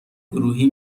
گروهی